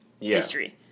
history